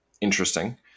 interesting